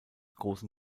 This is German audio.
großen